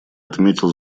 отметил